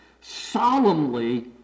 solemnly